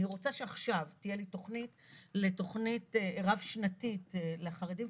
אני רוצה שעכשיו תהיה לי תכנית לתכנית רב שנתית לחרדים,